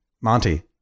Monty